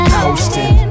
coasting